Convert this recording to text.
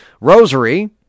Rosary